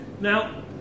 Now